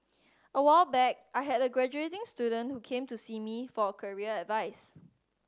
a while back I had a graduating student who came to see me for career advice